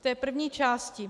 K té první části.